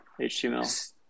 HTML